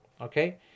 Okay